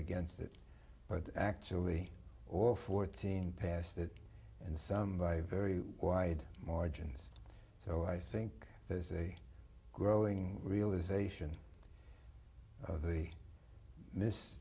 against it but actually or fourteen passed it and some by very wide margins so i think there's a growing realization of the miss